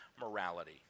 morality